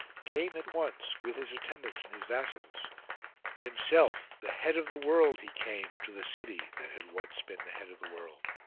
came at once with his attendants and his vassals himself the head of the world he came to the city that had once been the head of the world.